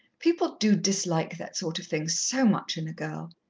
people do dislike that sort of thing so much in a girl!